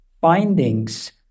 findings